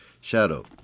Shadow